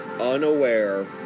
unaware